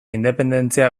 independentzia